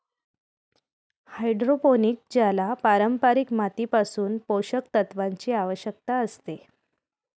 hydroponic ज्याला पारंपारिक मातीपासून पोषक तत्वांची आवश्यकता असते